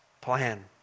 plan